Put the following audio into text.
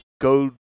Go